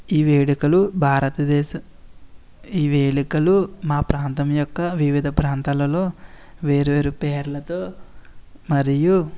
ఈ వేడుకల భారతదేశ ఈ వేలికలు మా ప్రాంతం యొక్క వివిధ ప్రాంతాలలో వేరు వేరు పేర్లతో మరియు